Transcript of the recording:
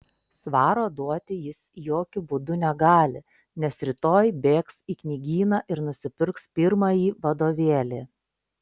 svaro duoti jis jokiu būdu negali nes rytoj bėgs į knygyną ir nusipirks pirmąjį vadovėlį